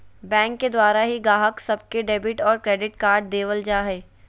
bank के द्वारा ही गाहक सब के डेबिट और क्रेडिट कार्ड देवल जा हय